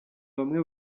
bamwe